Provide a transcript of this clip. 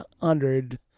hundred